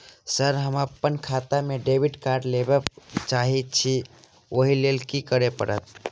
Sir हम अप्पन खाता मे डेबिट कार्ड लेबलेल चाहे छी ओई लेल की परतै?